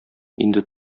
инде